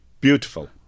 Beautiful